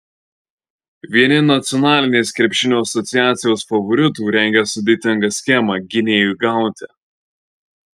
vieni nacionalinės krepšinio asociacijos favoritų rengia sudėtingą schemą gynėjui gauti